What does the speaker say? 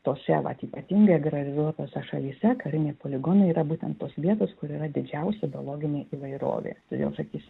tose vat ypatingai agrarizuotose šalyse kariniai poligonai yra būtent tos vietos kur yra didžiausia biologinė įvairovė vėl sakys